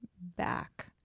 back